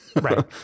Right